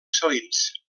salins